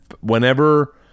whenever